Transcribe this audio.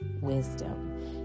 wisdom